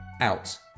out